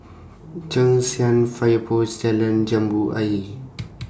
Cheng San Fire Post Jalan Jambu Ayer